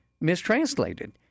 mistranslated